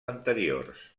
anteriors